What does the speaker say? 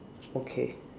okay